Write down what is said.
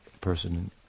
person